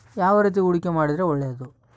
ಯಾವ ರೇತಿ ಹೂಡಿಕೆ ಮಾಡಿದ್ರೆ ಒಳ್ಳೆಯದು?